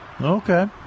Okay